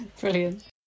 Brilliant